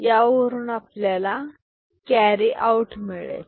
यावरून आपल्याला carry out मिळेल